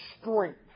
strength